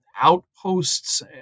outposts